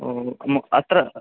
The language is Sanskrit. ओ आम् अत्र